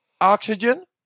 oxygen